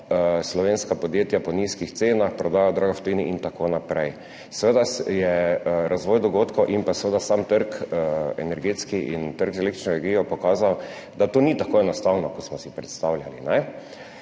slovenska podjetja po nizkih cenah prodajajo drago v tujini in tako naprej. Razvoj dogodkov in seveda sam energetski trg, trg z električno energijo je pokazal, da to ni tako enostavno, kot smo si predstavljali,